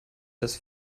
das